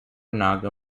nagar